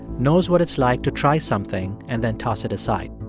knows what it's like to try something and then toss it aside.